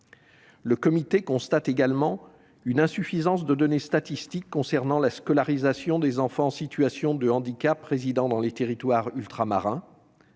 Le Comité constate également une insuffisance de données statistiques sur la scolarisation des enfants en situation de handicap résidant dans les territoires ultramarins.